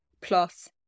plus